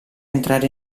entrare